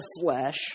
flesh